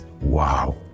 Wow